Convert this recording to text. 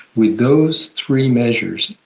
with those three measures,